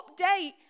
update